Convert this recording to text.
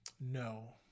no